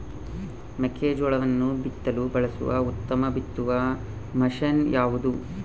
ಮೆಕ್ಕೆಜೋಳವನ್ನು ಬಿತ್ತಲು ಬಳಸುವ ಉತ್ತಮ ಬಿತ್ತುವ ಮಷೇನ್ ಯಾವುದು?